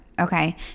Okay